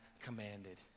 commanded